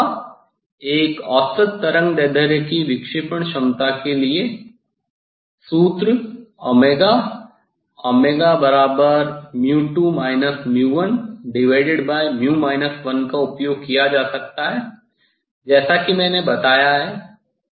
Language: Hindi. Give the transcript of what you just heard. इसके अलावा एक औसत तरंगदैर्ध्य की विक्षेपण क्षमता के लिए सूत्र ओमेगा का उपयोग किया जा सकता है जैसा कि मैंने बताया है